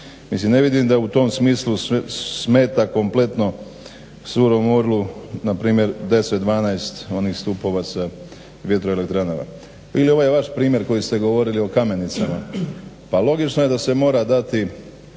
Mislim ne vidim da u tom smislu smeta kompletno surom orlu npr. 10, 12 onih stupova sa vjetroelektranama. Ili ovaj vaš primjer koji ste govorili o kamenicama. Pa logično je da se mora dati